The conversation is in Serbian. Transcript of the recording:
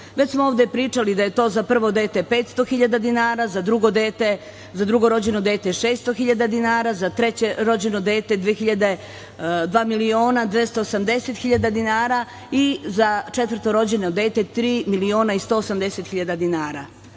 smo ovde pričali da je to za prvo dete 500.000 dinara, za drugo rođeno dete 600.000 dinara, za treće rođeno dete 2.280.000 dinara i za četvrto rođeno dete 3.180.000 dinara.